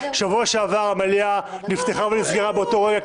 שבוע שעבר המליאה נפתחה ונסגרה באותו רגע,